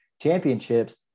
championships